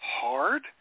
hard